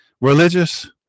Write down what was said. religious